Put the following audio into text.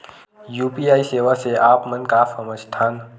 UPI सेवा से आप मन का समझ थान?